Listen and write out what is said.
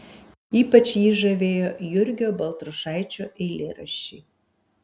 ypač jį žavėjo jurgio baltrušaičio eilėraščiai